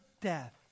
death